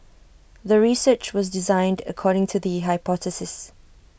the research was designed according to the hypothesis